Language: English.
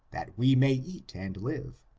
that we may eat and live.